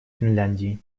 финляндии